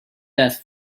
death